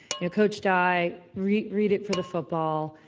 you know, coach dye, read read it for the football.